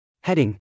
Heading